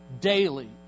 daily